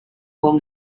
along